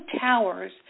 towers